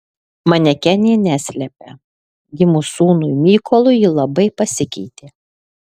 manekenė neslepia gimus sūnui mykolui ji labai pasikeitė